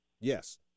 yes